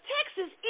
Texas